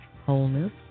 Wholeness